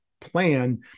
plan